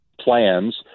plans